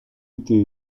été